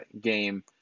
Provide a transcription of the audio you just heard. game